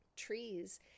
Trees